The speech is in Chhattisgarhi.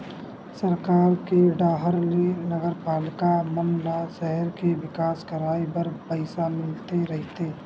सरकार के डाहर ले नगरपालिका मन ल सहर के बिकास कराय बर पइसा मिलते रहिथे